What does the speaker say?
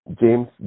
James